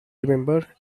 remember